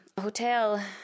hotel